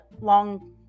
long